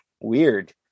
weird